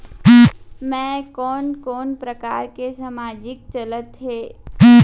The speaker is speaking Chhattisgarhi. मैं कोन कोन प्रकार के सामाजिक चलत हे?